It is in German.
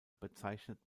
bezeichnet